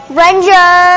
ranger